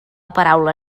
paraula